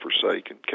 forsaken